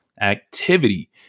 Activity